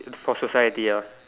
for society ah